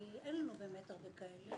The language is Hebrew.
כי אין לנו באמת הרבה כאלה.